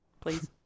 Please